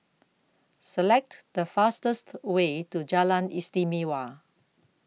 Select The fastest Way to Jalan Istimewa